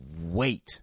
wait